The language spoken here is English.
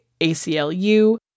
ACLU